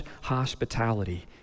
hospitality